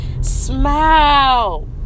Smile